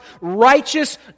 righteous